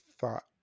thought